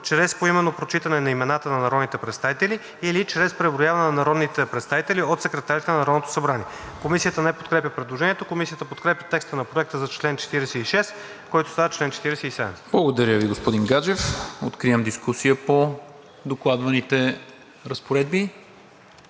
чрез поименно прочитане имената на народните представители или чрез преброяване на народните представители от секретарите на Народното събрание.“ Комисията не подкрепя предложението. Комисията подкрепя текста на проекта за чл. 46, който става чл. 47. ПРЕДСЕДАТЕЛ НИКОЛА МИНЧЕВ: Благодаря Ви, господин Гаджев. Откривам дискусия по докладваните разпоредби.